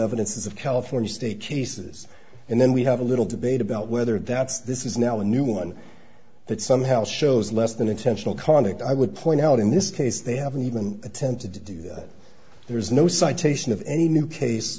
evidence of california state cases and then we have a little debate about whether that's this is now a new one that somehow shows less than intentional conduct i would point out in this case they haven't even attempted to do that there is no citation of any new case